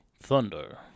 Thunder